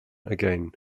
again